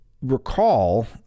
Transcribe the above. Recall